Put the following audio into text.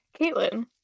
caitlin